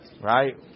Right